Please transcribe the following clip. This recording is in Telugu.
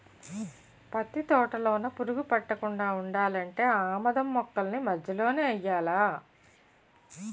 పత్తి తోటలోన పురుగు పట్టకుండా ఉండాలంటే ఆమదం మొక్కల్ని మధ్యలో నెయ్యాలా